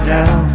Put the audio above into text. now